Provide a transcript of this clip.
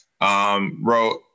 wrote